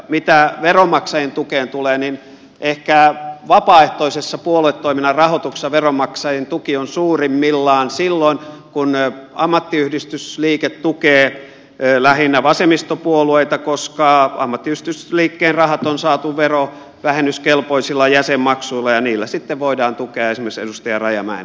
mitä veronmaksajien tukeen tulee niin ehkä vapaaehtoisessa puoluetoiminnan rahoituksessa veronmaksajien tuki on suurimmillaan silloin kun ammattiyhdistysliike tukee lähinnä vasemmistopuolueita koska ammattiyhdistysliikkeen rahat on saatu verovähennyskelpoisilla jäsenmaksuilla ja niillä sitten voidaan tukea esimerkiksi edustaja rajamäen kampanjaa